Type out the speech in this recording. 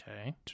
Okay